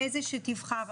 לאיזה שתבחר,